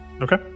Okay